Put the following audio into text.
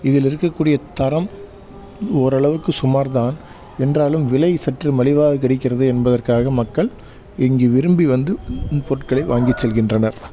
இதில் இருக்கக்கூடிய தரம் ஓரளவுக்கு சுமார் தான் என்றாலும் விலை சற்று மலிவாக கிடைக்கிறது என்பதற்காக மக்கள் இங்கு விரும்பி வந்து இந்த பொருட்களை வாங்கி செல்கின்றனர்